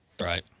Right